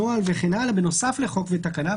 נוהל וכן הלאה בנוסף לחוק ותקנה,